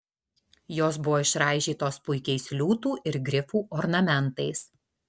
jos buvo išraižytos puikiais liūtų ir grifų ornamentais